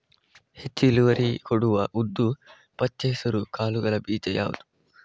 ಹೆಚ್ಚು ಇಳುವರಿ ಕೊಡುವ ಉದ್ದು, ಪಚ್ಚೆ ಹೆಸರು ಕಾಳುಗಳ ಬೀಜ ಯಾವುದು?